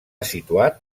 situat